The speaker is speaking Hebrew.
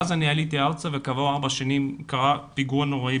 ואז עליתי ארצה וכעבור 4 שנים קרה פיגוע נוראי